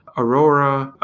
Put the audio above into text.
aurora,